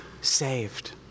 saved